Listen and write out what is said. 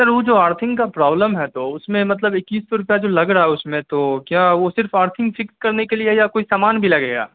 سر وہ جو ارتھنگ کا پرابلم ہے تو اس میں مطلب اکیس سو روپیہ جو لگ رہا ہے اس میں تو کیا وہ صرف ارتھنگ ٹھیک کرنے کے لیے ہے یا کوئی سامان بھی لگے گا